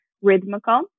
rhythmical